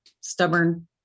stubborn